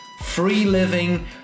free-living